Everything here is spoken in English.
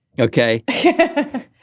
okay